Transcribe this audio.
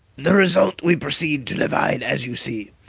the result we proceed to divide, as you see,